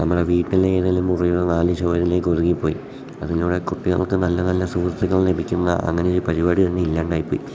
നമ്മളുടെ വീട്ടിലെ ഏതെങ്കിലും മുറിയിലെ നാല് ചുമരിലേക്ക് ഒതുങ്ങിപ്പോയി അതിലൂടെ കുട്ടികൾക്ക് നല്ല നല്ല സുഹൃത്തുക്കൾ ലഭിക്കുന്ന അങ്ങനൊരു പരിപാടി തന്നെ ഇല്ലാണ്ടായിപ്പോയി